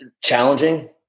Challenging